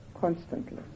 constantly